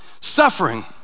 Suffering